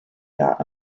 got